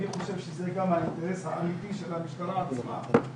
אני חושב שזה האינטרס האמיתי של המשטרה עצמה,